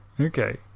okay